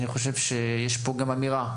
אני חושב שיש כאן גם אמירה,